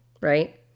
right